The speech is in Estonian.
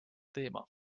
teema